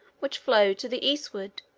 which flowed to the eastward,